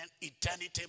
eternity